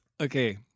okay